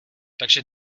takže